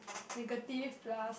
negative plus